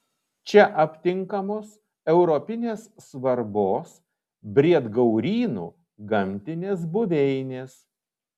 čia aptinkamos europinės svarbos briedgaurynų gamtinės buveinės